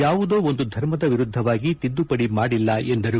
ಯಾವುದೋ ಒಂದು ಧರ್ಮದ ವಿರುದ್ಧವಾಗಿ ತಿದ್ದುಪಡಿ ಮಾಡಿಲ್ಲ ಎಂದರು